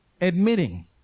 admitting